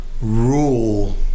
rule